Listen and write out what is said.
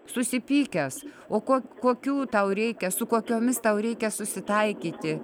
susipykęs o ko kokių tau reikia su kokiomis tau reikia susitaikyti